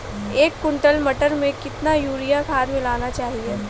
एक कुंटल मटर में कितना यूरिया खाद मिलाना चाहिए?